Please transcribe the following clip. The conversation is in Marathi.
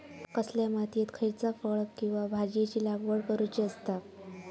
कसल्या मातीयेत खयच्या फळ किंवा भाजीयेंची लागवड करुची असता?